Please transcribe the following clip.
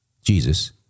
Jesus